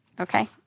Okay